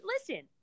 listen